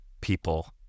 people